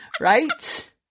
Right